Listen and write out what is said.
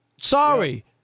Sorry